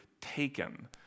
taken